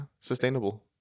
sustainable